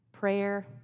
prayer